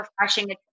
refreshing